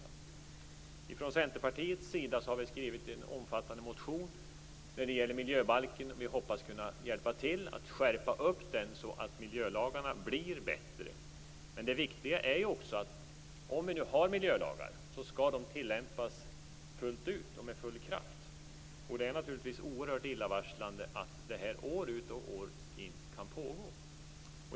Vi i Centerpartiet har skrivit en omfattande motion när det gäller miljöbalken. Vi hoppas kunna hjälpa till att skärpa upp den så att miljölagarna blir bättre. Om vi nu har miljölagar, är det viktigt att de tillämpas fullt ut och med full kraft. Det är naturligtvis oerhört illavarslande att detta kan pågå år ut och år in.